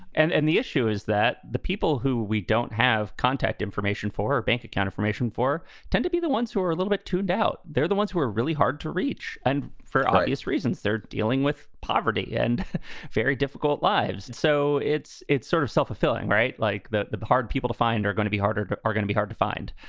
and and the issue is that the people who we don't have contact information for bank account information for tend to be the ones who are a little bit to doubt. they're the ones who are really hard to reach. and for obvious reasons, they're dealing with poverty and very difficult lives. so it's it's sort of self-fulfilling, right? like that. the the hard people to find are going to be harder to are going to be hard to find.